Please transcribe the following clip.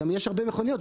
אבל גם יש הרבה מכוניות,